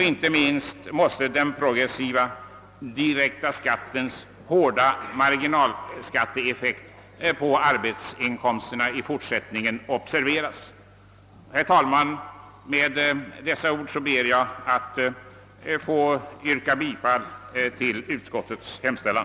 Inte minst måste den progressiva direkta skattens hårda marginalskatteeffekt på arbetsinkomsterna i fortsättningen observeras. Herr talman! Med dessa ord ber jag att få yrka bifall till utskottets hemställan.